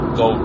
go